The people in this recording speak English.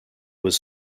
was